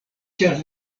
ĉar